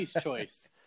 choice